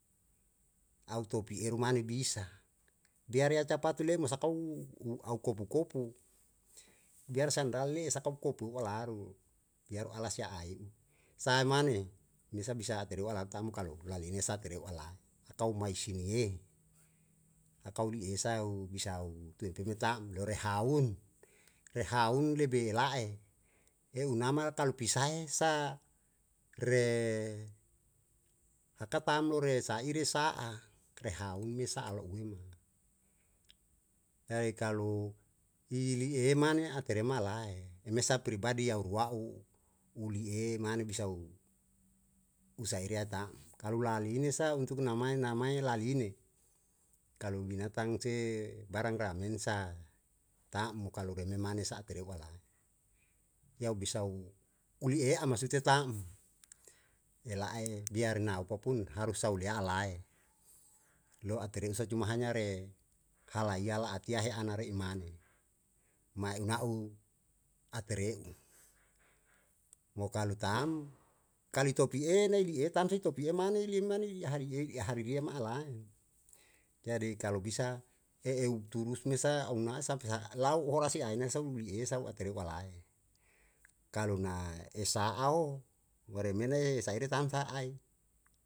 Au topi eru mane bisa biarea capatu le'e mo sakau u au kopu kopu biar sandal le'e sakau kopu olaru biar u alas ya a i u, sahae mane mesa bisa a tereu ala tamu kalu lalinesa tereu alae atau mai syiniye, akau li esae u bisau tue peme tam lore haun re haun lebe la'e he unama kalu pisae sa re akapam lore sa ire sa'a, re haun me sa'a lo'ue ma jadi kalu i li ehe mane a tereu malae i mesa pribadi yau ruwa'u uli e mane bisa u usae riya tam kalu la liene sa untuk namae namae laliene kalu binatang se barang ramin sa tam mo kalu hen me mane sa a tereu alae, yau bisau uli e a masute tam ela'ae biar na u popun harus sau lea alae loa a tereusa cuma hanya re halai yala a tiahe ana re imane, mae u nau a tere'u, mo kalu tam kali topi e nai di e tam sae topi e mane liem mane i hare i ei a hari iya ma'alae jadi kalu bisa e eu turus me sa au na sampe sa lau u hora sia ae na sau li e sau a tereu alae kalu na esa'a ao ware mena ye sa ere sam sa'ai.